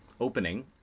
opening